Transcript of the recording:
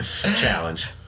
Challenge